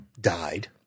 died